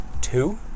two